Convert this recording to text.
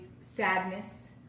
sadness